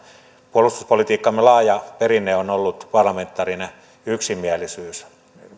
puolustuspolitiikkamme laaja perinne on ollut parlamentaarinen yksimielisyys